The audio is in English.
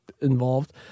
involved